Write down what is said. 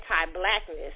anti-blackness